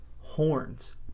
horns